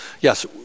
yes